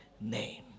name